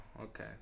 okay